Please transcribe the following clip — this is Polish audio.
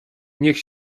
niech